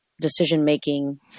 decision-making